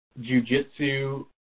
jujitsu